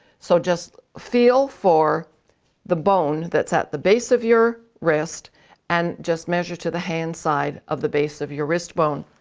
so just feel for the bone that's at the base of your wrist and just measure to the hand side of the base of your wrist bone.